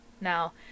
Now